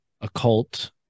occult